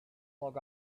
clog